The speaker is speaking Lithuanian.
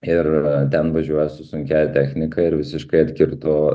ir ten važiuoja su sunkiąja technika ir visiškai atkirto